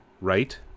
Right